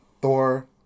Thor